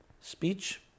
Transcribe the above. Speech